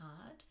hard